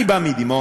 אני בא מדימונה,